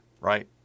right